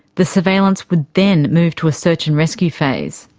the surveillance would then move to a search and rescue phase.